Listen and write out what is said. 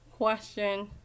question